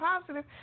positive